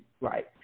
right